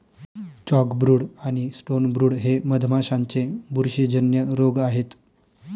chalkbrood आणि stonebrood हे मधमाशांचे बुरशीजन्य रोग आहेत